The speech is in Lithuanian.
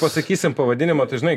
pasakysim pavadinimą tai žinai